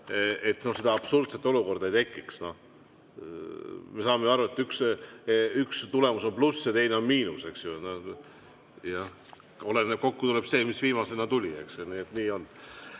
et seda absurdset olukorda ei tekiks. Me saame ju aru, et üks tulemus on pluss ja teine on miinus. Kokku tuleb see, mis viimasena tuli. Nii on.